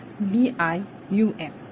B-I-U-M